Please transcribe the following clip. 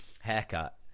haircut